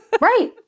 right